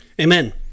Amen